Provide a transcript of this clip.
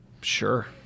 sure